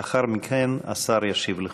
לאחר מכן השר ישיב לכולם.